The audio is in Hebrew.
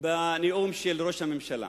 בנאום של ראש הממשלה.